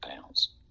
pounds